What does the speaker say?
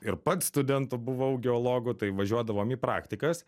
ir pats studentu buvau geologu tai važiuodavom į praktikas